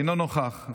אינו נוכח,